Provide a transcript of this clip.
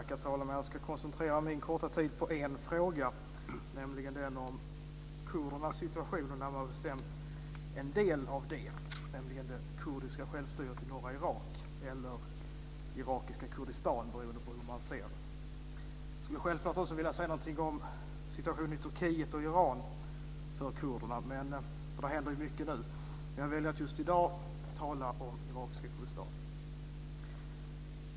Herr talman! Jag ska i mitt korta anförande koncentrera mig på en fråga, nämligen den om kurdernas situation. Närmare bestämt gäller det en del av den frågan, nämligen det kurdiska självstyret i norra Irak eller irakiska Kurdistan, beroende på hur man ser det. Jag skulle självklart också vilja säga någonting om situationen för kurderna i Turkiet och Iran - där händer ju mycket nu - men jag väljer att just i dag tala om irakiska Kurdistan.